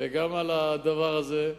וגם על הדבר הזה,